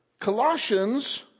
Colossians